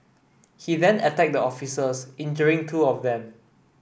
he then attacked the officers injuring two of them